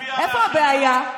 איפה הבעיה?